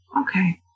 okay